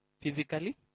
physically